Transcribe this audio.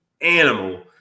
animal